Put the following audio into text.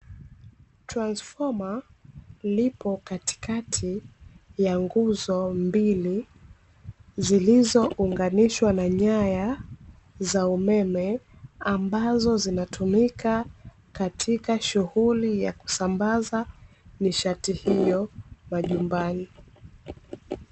Transfoma lipo katikati ya nguzo mbili zilizounganishwa na nyaya za umeme, ambazo zinatumika katika shughuli za kusambaza nishati hiyo majumbani.